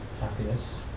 happiness